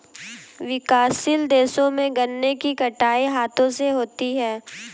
विकासशील देशों में गन्ने की कटाई हाथों से होती है